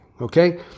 okay